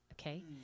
Okay